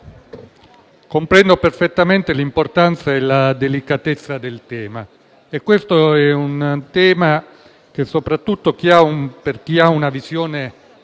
comprendo perfettamente l'importanza e la delicatezza del tema, sul quale, soprattutto per chi ha una visione